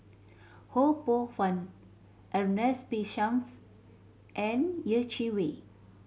Ho Poh Fun Ernest P Shanks and Yeh Chi Wei